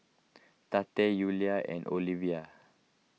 Tate Ula and Olevia